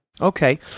Okay